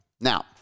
Now